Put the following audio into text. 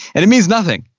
and it means nothing.